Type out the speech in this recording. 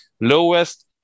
lowest